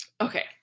Okay